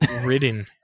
Ridden